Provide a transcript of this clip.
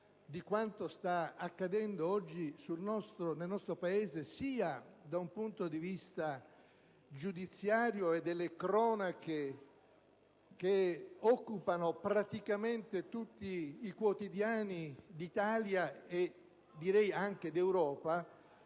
di quanto sta accadendo oggi nel nostro Paese da un punto di vista sia giudiziario, che delle cronache che occupano praticamente tutti i quotidiani d'Italia e direi anche d'Europa,